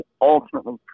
ultimately